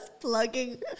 plugging